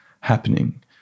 happening